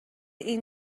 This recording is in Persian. این